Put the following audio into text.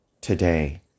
today